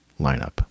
lineup